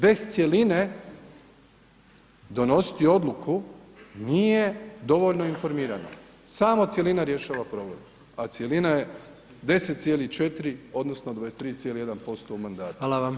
Bez cjeline donositi odluku nije dovoljno informirano, samo cjelina rješava problem a cjelina je 10,4 odnosno 23,1% u mandatu.